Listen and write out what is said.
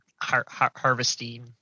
harvesting